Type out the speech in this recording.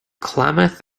klamath